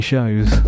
shows